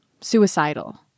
Suicidal